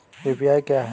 UPI क्या है?